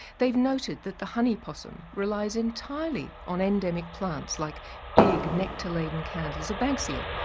they've noted that the honey possum relies entirely on endemic plants like big, nectar-laden candles of banksia.